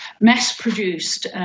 mass-produced